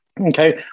Okay